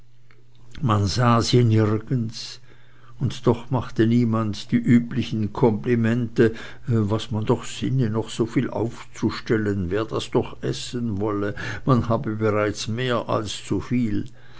man sah sie nirgends und doch machte niemand die üblichen komplimente was man doch sinne noch so viel aufzustellen wer das doch essen solle man habe bereits mehr als zuviel